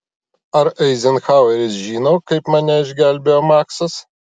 ar eizenhaueris žino kaip mane išgelbėjo maksas